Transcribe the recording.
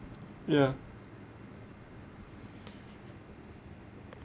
ya